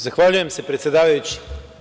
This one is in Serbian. Zahvaljujem se, predsedavajući.